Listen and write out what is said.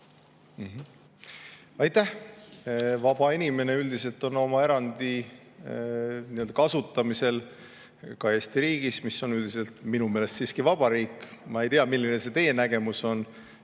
Aitäh! Vaba inimene üldiselt on oma eraomandi kasutamisel Eesti riigis, mis on üldiselt minu meelest siiski vabariik – ma ei tea, milline on teie nägemus –,